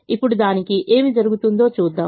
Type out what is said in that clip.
ఇప్పుడు దానికి ఏమి జరుగుతుందో చూద్దాం